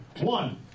One